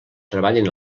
treballen